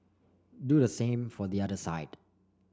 do the same for the other side